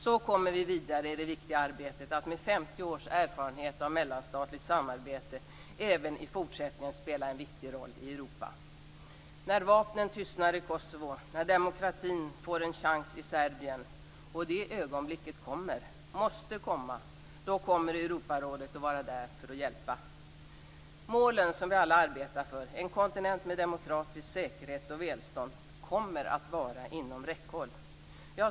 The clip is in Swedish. Så kommer vi vidare i det viktiga arbetet med att, med 50 års erfarenhet av mellanstatligt samarbete, även i fortsättningen spela en viktig roll i När vapnen tystnar i Kosovo, när demokratin får en chans i Serbien - det ögonblicket kommer, och måste komma - kommer Europarådet att vara där för att hjälpa. Målen som vi alla arbetar för, en kontinent med demokratisk säkerhet och välstånd, kommer att vara inom räckhåll.